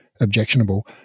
objectionable